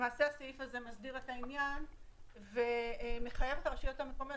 למעשה הסעיף הזה מסדיר את העניין ומחייב את הרשויות המקומיות